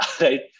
Right